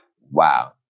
Wow